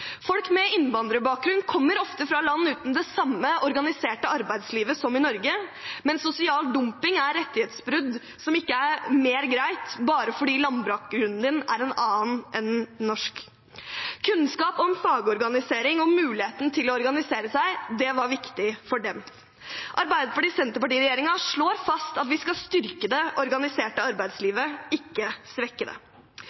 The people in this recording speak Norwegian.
Folk med innvandrerbakgrunn kommer ofte fra land uten det samme organiserte arbeidslivet som i Norge, men sosial dumping er rettighetsbrudd som ikke er mer greit bare fordi landbakgrunnen din er en annen enn norsk. Kunnskap om fagorganisering og muligheten til å organisere seg var viktig for dem. Arbeiderparti–Senterparti-regjeringen slår fast at vi skal styrke det organiserte